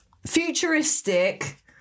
Futuristic